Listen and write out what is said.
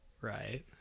right